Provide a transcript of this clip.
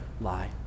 lie